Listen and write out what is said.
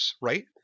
Right